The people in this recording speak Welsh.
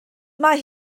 mae